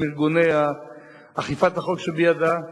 עם ארגוני אכיפת החוק שבידה,